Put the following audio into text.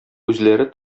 үзләре